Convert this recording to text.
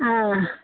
ஆ